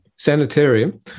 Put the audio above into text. Sanitarium